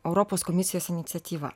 europos komisijos iniciatyva